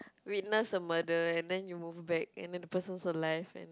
witness a murder and then you move back and then the person's alive